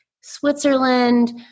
Switzerland